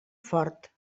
fort